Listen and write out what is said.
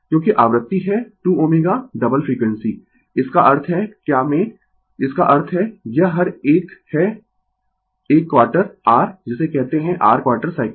क्योंकि आवृत्ति है 2 ω डबल फ्रीक्वेंसी इसका अर्थ है क्या में इसका अर्थ है यह हर एक है एक क्वार्टर r जिसे कहते है r क्वार्टर साइकिल